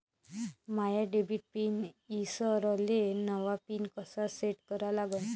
माया debit PIN ईसरलो, नवा PIN कसा सेट करा लागन?